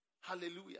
Hallelujah